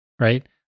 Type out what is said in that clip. Right